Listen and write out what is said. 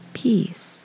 peace